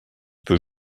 peut